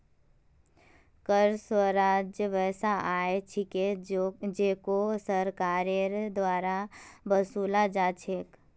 कर राजस्व वैसा आय छिके जेको सरकारेर द्वारा वसूला जा छेक